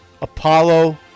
Apollo